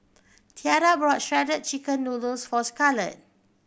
Tiara bought Shredded Chicken Noodles for Scarlet